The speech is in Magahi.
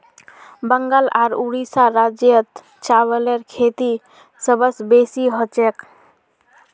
बंगाल आर उड़ीसा राज्यत चावलेर खेती सबस बेसी हछेक